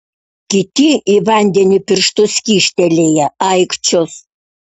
kiti į vandenį pirštus kyštelėję aikčios